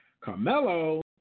Carmelo